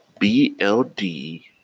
BLD